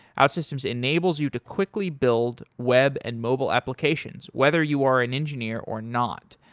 outsystems enables you to quickly build web and mobile applications whether you are an engineer or not.